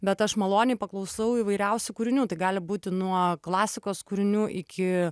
bet aš maloniai paklausau įvairiausių kūrinių tai gali būti nuo klasikos kūrinių iki